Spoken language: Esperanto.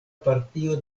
partio